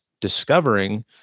discovering